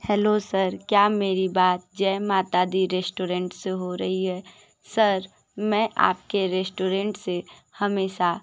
hello sir क्या मेरी बात जय माता दी रेस्टोरेंट से हो रही है सर मैं आपके रेस्टोरेंट से हमेशा